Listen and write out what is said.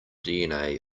dna